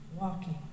walking